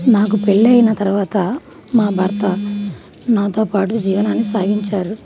నాకు పెళ్ళయిన తరువాత మా భర్త నాతో పాటు జీవనాన్ని సాగించారు